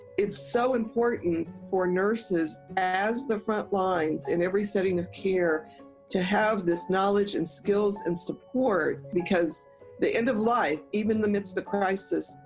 it's so important for nurses as the front lines in every setting of care to have this knowledge and skills and support, because the end of life, even in the midst of crisis,